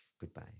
Goodbye